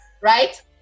Right